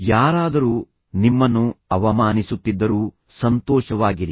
ಯಾರಾದರೂ ನಿಮ್ಮನ್ನು ಅವಮಾನಿಸುತ್ತಿದ್ದರೂ ಸಂತೋಷವಾಗಿರಿ